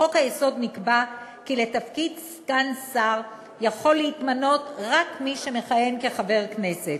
בחוק-היסוד נקבע כי לתפקיד סגן שר יכול להתמנות רק מי שמכהן כחבר כנסת.